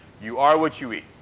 you are what you eat.